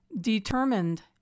determined